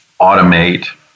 automate